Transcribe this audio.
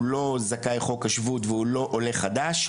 הוא לא זכאי חוק השבות והוא לא עולה חדש.